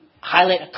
highlight